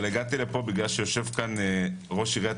אבל הגעתי לפה בגלל שיושב כאן ראש עיריית